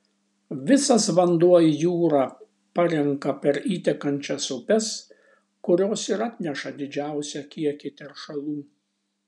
visas vanduo į jūrą parenka per įtekančias upes kurios ir atneša didžiausią kiekį teršalų